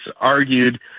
argued